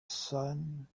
sun